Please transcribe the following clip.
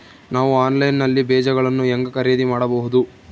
ನಾವು ಆನ್ಲೈನ್ ನಲ್ಲಿ ಬೇಜಗಳನ್ನು ಹೆಂಗ ಖರೇದಿ ಮಾಡಬಹುದು?